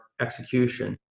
execution